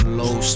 low